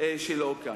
שלו כאן,